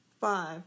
Five